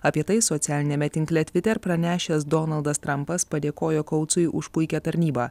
apie tai socialiniame tinkle twitter pranešęs donaldas trampas padėkojo koutsui už puikią tarnybą